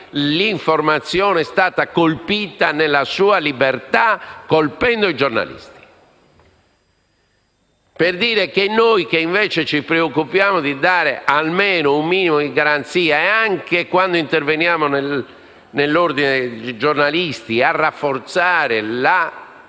l'informazione è stata colpita nella sua libertà colpendo il giornalismo. Noi invece ci preoccupiamo di dare almeno un minimo di garanzia e interveniamo sull'Ordine dei giornalisti per rafforzare la